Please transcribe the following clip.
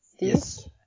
Yes